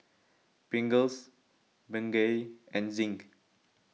Pringles Bengay and Zinc